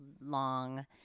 long